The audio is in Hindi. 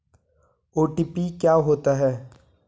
ओ.टी.पी क्या होता है?